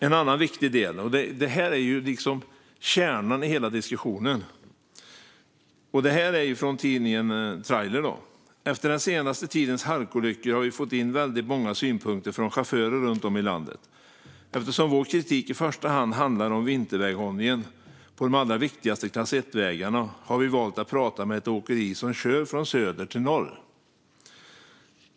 En annan viktig del, liksom kärnan i hela diskussionen, är det här från tidningen Trailer: "Efter den senaste tidens halkolyckor har vi fått in väldigt många synpunkter från chaufförer runt om i landet. Eftersom vår kritik i första hand handlar om vinterväghållningen på de allra viktigaste klass 1-vägarna har vi valt att prata med ett åkeri som kör från söder till norr.